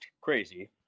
crazy